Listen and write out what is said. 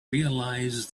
realise